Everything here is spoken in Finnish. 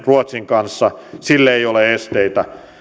ruotsin kanssa ole esteitä